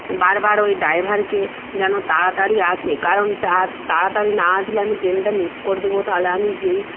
বারবার ওই ড্রাইভারকে যেন তাড়াতাড়ি আসে কারণ তাড়াতাড়ি না আসলে আমি ট্রেনটা মিস করে দেবো তাহলে আমি যেই